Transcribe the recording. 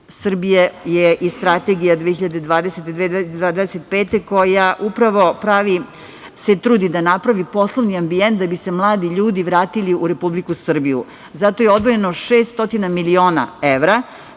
Srbije je i Strategija 2020-2025, koja se upravo trudi da napravi poslovni ambijent da bi se mladi ljudi vratili u Republiku Srbiju. Zato je odvojeno 600 miliona evra.